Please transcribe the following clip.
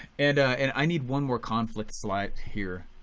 and and i need one more conflict slide here.